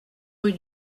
rue